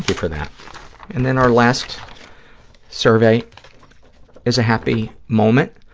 for that and then our last survey is a happy moment.